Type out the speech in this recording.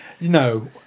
No